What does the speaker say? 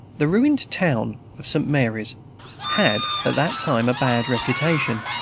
the ruined town of st. mary's had at that time a bad reputation,